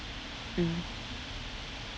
mm